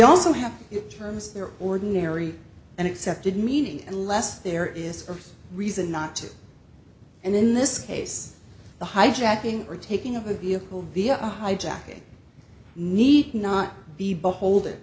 also have it terms there are ordinary and accepted meaning unless there is a reason not to and in this case the hijacking or taking of a vehicle via a hijacking need not be beholden